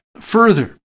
further